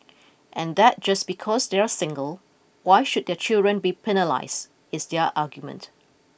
and that just because they are single why should their children be penalised is their argument